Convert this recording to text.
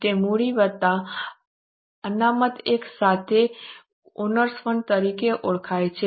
તે મૂડી વત્તા અનામત એકસાથે ઓનર્સ ફંડ તરીકે ઓળખાય છે